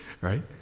Right